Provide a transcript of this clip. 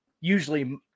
usually